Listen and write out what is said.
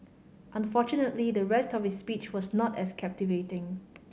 unfortunately the rest of his speech was not as captivating